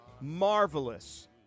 marvelous